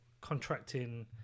contracting